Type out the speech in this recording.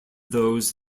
those